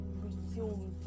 resume